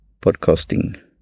podcasting